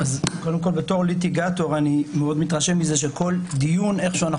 בתור ליטיגטור אני מאוד מתרשם מזה שבכל דיון איכשהו אנחנו